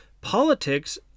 Politics